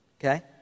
okay